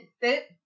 fit